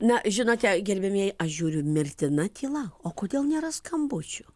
na žinote gerbiamieji aš žiūriu mirtina tyla o kodėl nėra skambučių